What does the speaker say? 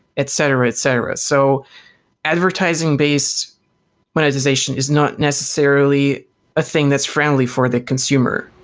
etc etc. so advertising-based monetization is not necessarily a thing that's friendly for the consumer.